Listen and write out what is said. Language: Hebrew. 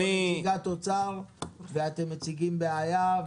נמצאת פה נציגת משרד האוצר ואתם מציגים בעיה.